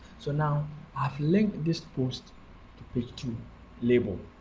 so now i have linked this post to page two label.